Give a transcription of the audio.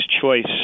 choice